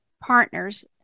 partners